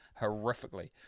horrifically